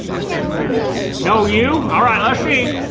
no, me! no, you? alright. let's see.